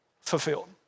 fulfilled